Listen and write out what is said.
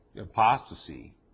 apostasy